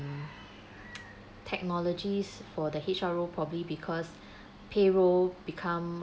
technologies for the H_R roll probably because payroll become